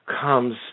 comes